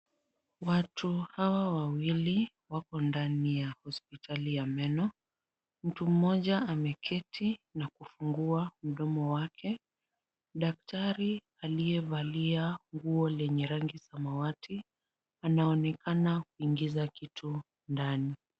Watu hawa wawili wako ndani ya hospitali ya meno, mtu mmoja ameketi na kufungua mdomo wake. Daktari aliyevalia nguo lenye rangi samawati, anaonekana kuingiza kitu ndani.